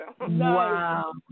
Wow